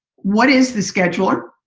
what is the scheduler?